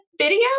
video